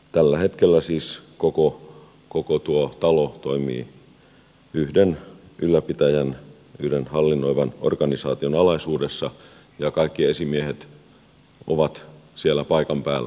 tällä hetkellä siis koko tuo talo toimii yhden ylläpitäjän yhden hallinnoivan organisaation alaisuudessa ja kaikki esimiehet ovat siellä paikan päällä